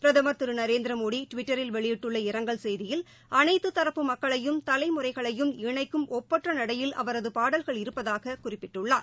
பிரதமர் திரு நரேந்திரமோடி டுவிட்டரில் வெளியிட்டுள்ள இரங்கல் செய்தியில் அனைத்து தரப்பு மக்களையும் தலைமுறைகளையும் இணைக்கும் ஒப்பற்ற நடையில் அவரது பாடல்கள் இருப்பதாக குறிப்பிட்டுள்ளார்